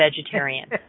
vegetarian